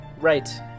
Right